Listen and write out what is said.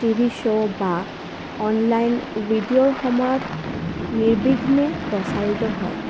T V show বা online ভিডিঅ'ৰ সময়ত নিৰ্বিঘ্নে প্ৰচাৰিত হয়